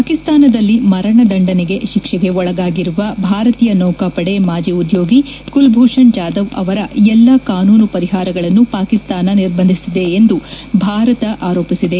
ಪಾಕಿಸ್ತಾನದಲ್ಲಿ ಮರಣದಂಡನೆ ಶಿಕ್ಷೆಗೆ ಒಳಗಾಗಿರುವ ಭಾರತೀಯ ನೌಕಾಪಡೆ ಮಾಜಿ ಉದ್ಯೋಗಿ ಕುಲಭೂಷಣ್ ಜಾಧವ್ ಅವರ ಎಲ್ಲಾ ಕಾನೂನು ಪರಿಹಾರಗಳನ್ನು ಪಾಕಿಸ್ತಾನ ನಿರ್ಬಂಧಿಸಿದೆ ಎಂದು ಭಾರತ ಆರೋಪಿಸಿದೆ